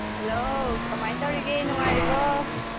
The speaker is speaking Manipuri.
ꯍꯜꯂꯣ ꯀꯃꯥꯏꯅ ꯇꯧꯔꯤꯒꯦ ꯅꯨꯡꯉꯥꯏꯔꯤꯕꯣ